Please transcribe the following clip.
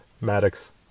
Maddox